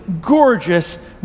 gorgeous